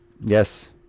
Yes